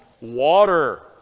water